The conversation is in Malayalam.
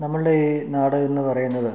നമ്മളുടെ ഈ നാട് എന്നു പറയുന്നത്